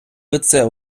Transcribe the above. лице